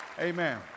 Amen